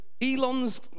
Elon's